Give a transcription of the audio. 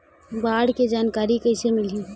बाढ़ के जानकारी कइसे मिलही?